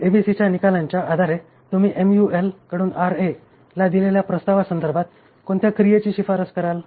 "एबीसीच्या निकालांच्या आधारे तुम्ही MUL कडून RA ला दिलेल्या प्रस्तावासंदर्भात कोणत्या क्रियेची शिफारस कराल